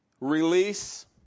Release